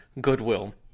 Goodwill